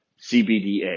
CBDA